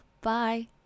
Bye